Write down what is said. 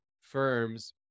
firms